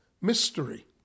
Mystery